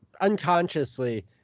unconsciously